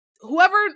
whoever